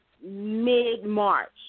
mid-March